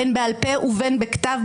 בין בעל פה ובין בכתב,